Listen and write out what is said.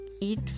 eat